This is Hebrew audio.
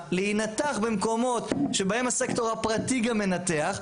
להינתח במקומות שבהם הסקטור הפרטי גם מנתח,